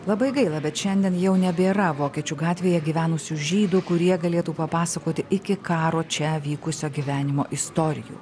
labai gaila bet šiandien jau nebėra vokiečių gatvėje gyvenusių žydų kurie galėtų papasakoti iki karo čia vykusio gyvenimo istorijų